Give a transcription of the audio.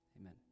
Amen